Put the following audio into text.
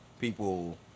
people